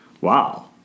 wow